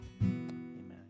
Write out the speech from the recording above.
Amen